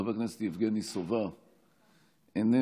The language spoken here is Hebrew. חבר הכנסת יבגני סובה איננו,